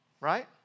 Right